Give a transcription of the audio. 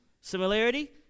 Similarity